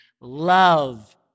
Love